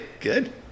Good